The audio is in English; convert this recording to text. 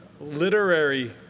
literary